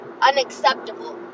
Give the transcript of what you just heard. unacceptable